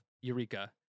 Eureka